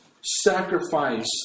sacrifice